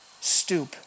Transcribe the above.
stoop